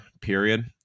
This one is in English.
period